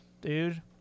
dude